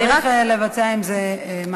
אני רק, וצריך לבצע עם זה מעשים.